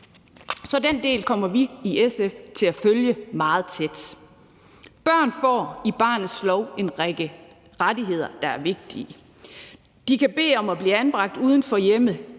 Så den del kommer vi i SF til at følge meget tæt. Børn får i barnets lov en række rettigheder, der er vigtige. De kan bede om at blive anbragt uden for hjemmet.